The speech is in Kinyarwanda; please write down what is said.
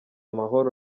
amahoro